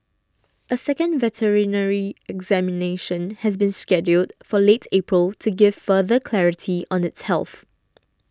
a second veterinary examination has been scheduled for late April to give further clarity on its health